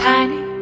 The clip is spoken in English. Tiny